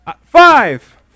five